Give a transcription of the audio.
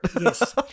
Yes